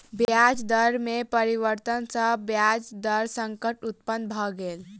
ब्याज दर में परिवर्तन सॅ ब्याज दर संकट उत्पन्न भ गेल